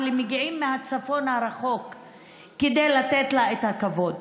מגיעים מהצפון הרחוק כדי לתת לה את הכבוד.